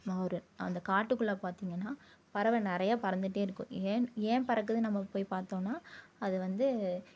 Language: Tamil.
மவுரு அந்த காட்டுக்குள்ளே பார்த்தீங்கன்னா பறவை நிறையா பறந்துகிட்டே இருக்கும் ஏன் ஏன் பறக்குதுன்னு நம்ம போய் பார்த்தோம்னா அது வந்து